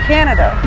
Canada